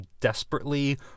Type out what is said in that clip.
desperately